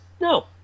No